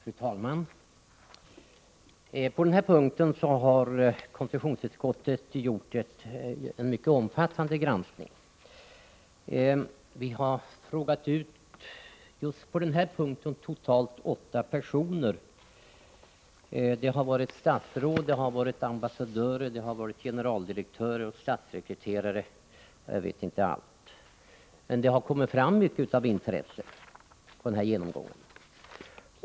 Fru talman! Just på den här punkten har konstitutionsutskottet gjort en mycket omfattande granskning. Vi har frågat ut totalt åtta personer; det har varit statsråd, det har varit ambassadörer, det har varit generaldirektörer och statssekreterare och jag vet inte allt. Och det har kommit fram mycket av intresse vid den här genomgången.